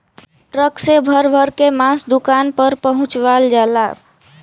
truck से भर भर के मांस दुकान पर पहुंचवाल जाला